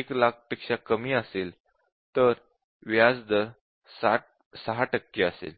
1 लाख पेक्षा कमी असेल तर व्याज दर 6 टक्के असेल